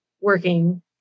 working